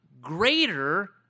Greater